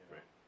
Right